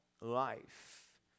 life